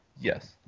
Yes